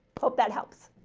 hope that helps.